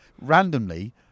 randomly